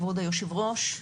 כבוד היושבת-ראש,